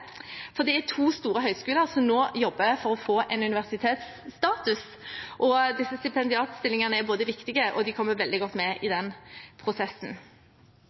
for det er to store høyskoler som nå jobber for å få universitetsstatus. Disse stipendiatstillingene er både viktige og kommer veldig godt med i den prosessen.